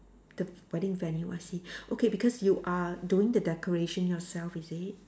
the wedding venue I see okay because you are doing the decoration yourself is it